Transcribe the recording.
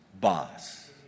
boss